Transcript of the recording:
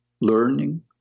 learning